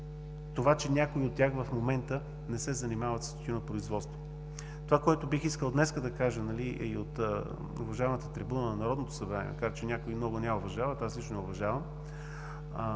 това че някои от тях в момента не се занимават с тютюнопроизводство. Това, което бих искал днес да кажа и от уважаемата трибуна на Народното събрание, макар че някои много не я уважават, аз лично я уважавам: